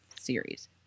series